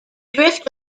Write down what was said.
drift